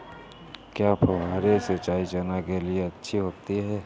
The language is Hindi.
क्या फुहारी सिंचाई चना के लिए अच्छी होती है?